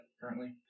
currently